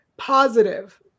positive